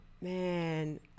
Man